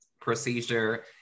procedure